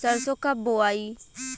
सरसो कब बोआई?